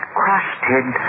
crusted